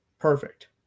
perfect